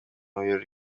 birori